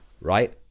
right